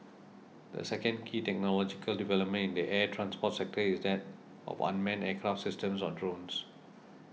the second key technological development in the air transport sector is that of unmanned aircraft systems or drones